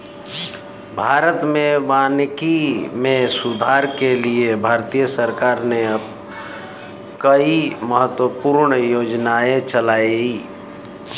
भारत में वानिकी में सुधार के लिए भारतीय सरकार ने कई महत्वपूर्ण योजनाएं चलाई